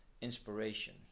inspiration